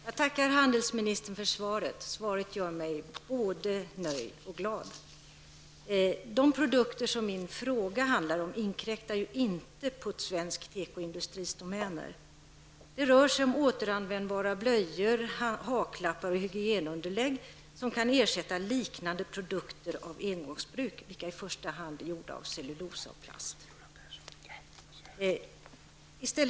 Herr talman! Jag tackar utrikeshandelsministern för svaret. Svaret gör mig både nöjd och glad. De produkter som min fråga handlar om inkräktar inte på svensk tekoindustris domäner. Det rör sig om återanvändbara blöjor, haklappar och hygienunderlägg som kan ersätta liknande produkter avsedda för engångsbruk, vilka i första hand är gjorda av cellulosa och plast.